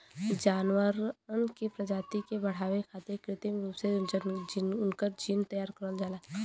जानवर के प्रजाति के बढ़ावे खारित कृत्रिम रूप से उनकर जीन तैयार करल जाला